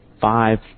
five